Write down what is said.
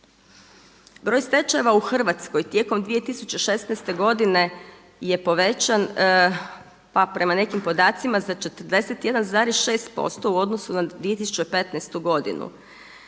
Broj stečajeva u Hrvatskoj tijekom 2016. godine je povećan, pa prema nekim podacima za 41,6% u odnosu na 2015. godinu.